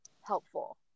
helpful